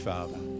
Father